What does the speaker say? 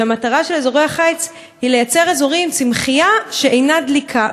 שהמטרה של אזורי החיץ היא לייצר אזורים עם צמחייה שאינה דליקה.